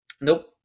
Nope